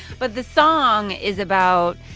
but the song is about,